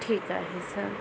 ठीक आहे सर